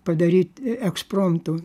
padaryt ekspromtu